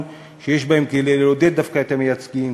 שיש בהם כדי לעודד דווקא את המייצגים,